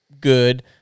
good